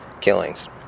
killings